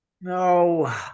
No